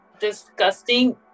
disgusting